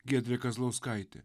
giedrė kazlauskaitė